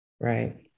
right